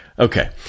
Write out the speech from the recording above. Okay